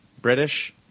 British